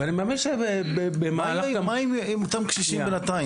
ואני מאמין שבמהלך --- מה עם אותם קשישים בינתיים?